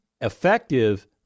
Effective